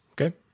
Okay